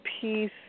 peace